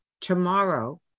tomorrow